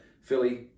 Philly